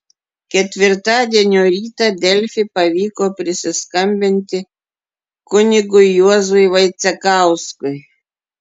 ketvirtadienio rytą delfi pavyko prisiskambinti kunigui juozui vaicekauskui